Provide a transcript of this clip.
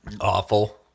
awful